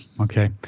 Okay